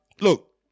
Look